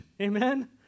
Amen